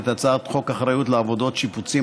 את הצעת חוק אחריות לעבודות שיפוצים,